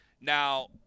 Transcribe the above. Now